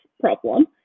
problem